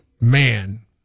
man